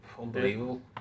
unbelievable